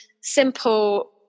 simple